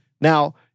Now